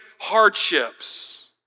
hardships